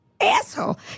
asshole